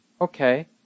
Okay